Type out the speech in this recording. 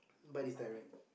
but it's direct